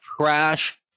trash